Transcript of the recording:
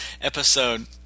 episode